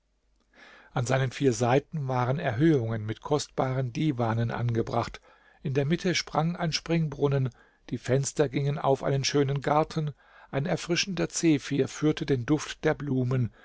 an seinen vier seiten waren erhöhungen mit kostbaren divanen angebracht in der mitte sprang ein springbrunnen die fenster gingen auf einen schönen garten ein erfrischender zephyr führte den duft der blumen